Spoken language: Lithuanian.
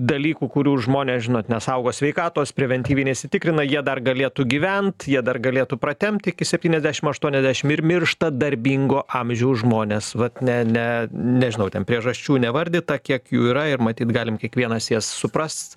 dalykų kurių žmonės žinot nesaugo sveikatos preventyvi nesitikrina jie dar galėtų gyvent jie dar galėtų pratempti iki septyniasdešim aštuoniasdešim ir miršta darbingo amžiaus žmonės vat ne ne nežinau ten priežasčių nevardyta kiek jų yra ir matyt galim kiekvienas jas suprast